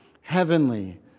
heavenly